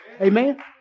Amen